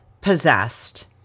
possessed